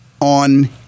on